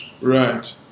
Right